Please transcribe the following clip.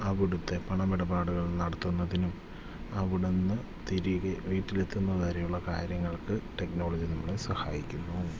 അവിടത്തെ പണമിടപാടുകൾ നടത്തുന്നതിനും അവിടെ നിന്ന് തിരികെ വീട്ടിൽ എത്തുന്നത് വരെയുള്ള കാര്യങ്ങൾക്ക് ടെക്നോളജി നമ്മളെ സഹായിക്കുന്നൂ